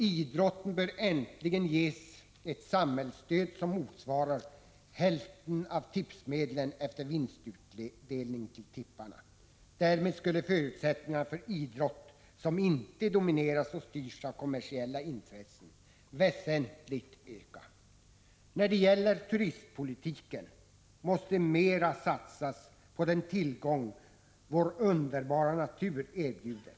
Idrotten bör äntligen ges ett samhällsstöd som motsvarar hälften av tipsmedlen efter vinstutdelningar till tipparna. Därmed skulle förutsättningarna för idrott som inte domineras och styrs av kommersiella intressen väsentligt öka. När det gäller turistpolitiken måste mera satsas på den tillgång som vår underbara natur erbjuder.